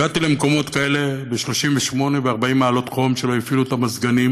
הגעתי למקומות כאלה שב-38 וב-40 מעלות חום לא הפעילו את המזגנים